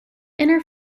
inner